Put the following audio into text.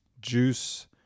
Juice